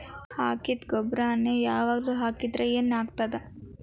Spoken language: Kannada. ಹಾಕಿದ್ದ ಗೊಬ್ಬರಾನೆ ಯಾವಾಗ್ಲೂ ಹಾಕಿದ್ರ ಏನ್ ಆಗ್ತದ?